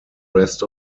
rest